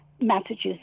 Massachusetts